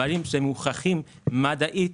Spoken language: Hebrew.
איך אנחנו יכולים לעשות דברים שמעלים